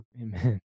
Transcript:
amen